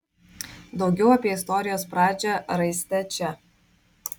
daugiau apie istorijos pradžią raiste čia